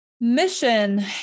mission